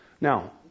Now